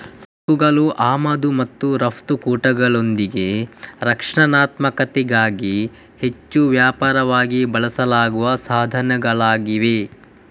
ಸುಂಕಗಳು ಆಮದು ಮತ್ತು ರಫ್ತು ಕೋಟಾಗಳೊಂದಿಗೆ ರಕ್ಷಣಾತ್ಮಕತೆಗಾಗಿ ಹೆಚ್ಚು ವ್ಯಾಪಕವಾಗಿ ಬಳಸಲಾಗುವ ಸಾಧನಗಳಾಗಿವೆ